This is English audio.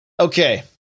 Okay